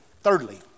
thirdly